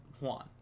Juan